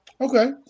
okay